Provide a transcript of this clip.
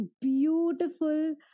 beautiful